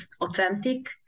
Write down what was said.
Authentic